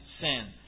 sin